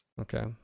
Okay